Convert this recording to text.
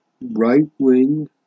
right-wing